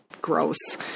gross